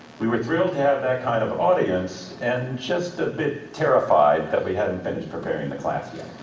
we were thrilled to have that kind of audience, and just a bit terrified that we hadn't finished preparing the class.